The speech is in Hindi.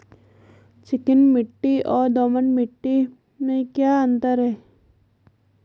चिकनी मिट्टी और दोमट मिट्टी में क्या अंतर है?